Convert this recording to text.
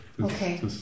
Okay